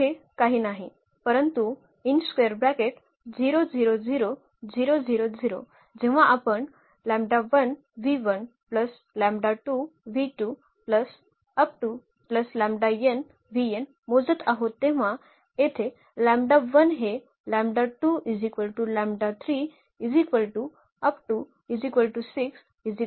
तर हे काही नाही परंतु जेव्हा आपण मोजत आहोत तेव्हा येथे हे असेल